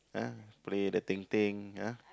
ah play the ting-ting ah